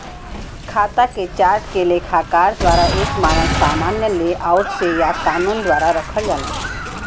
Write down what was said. खाता के चार्ट के लेखाकार द्वारा एक मानक सामान्य लेआउट से या कानून द्वारा रखल जाला